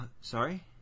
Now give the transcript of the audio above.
Sorry